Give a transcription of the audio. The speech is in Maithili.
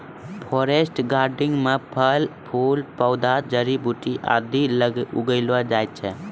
फॉरेस्ट गार्डेनिंग म फल फूल पौधा जड़ी बूटी आदि उगैलो जाय छै